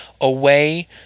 away